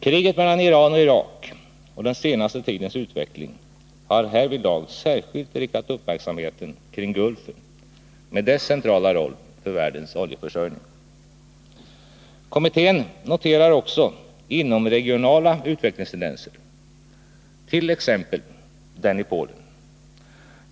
Kriget mellan Iran och Irak och den senaste tidens utveckling har härvidlag särskilt riktat uppmärksamheten kring Gulfen, med dess centrala roll för världens oljeförsörjning. Kommittén noterar också inomregionala utvecklingstendenser, t.ex. den i Polen.